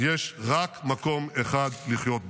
יש רק מקום אחד לחיות בו".